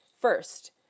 first